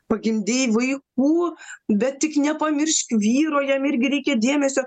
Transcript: pagimdei vaikų bet tik nepamiršk vyro jam irgi reikia dėmesio